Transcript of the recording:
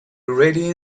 ready